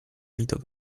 widok